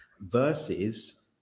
versus